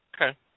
Okay